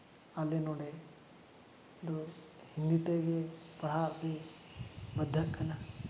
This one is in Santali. ᱟᱞᱮ ᱱᱚᱰᱮ ᱫᱚ ᱦᱤᱱᱫᱤ ᱛᱮᱜᱮ ᱯᱟᱲᱦᱟᱣ ᱟᱨᱠᱤ ᱢᱚᱫᱽᱫᱷᱚᱜ ᱠᱟᱱᱟ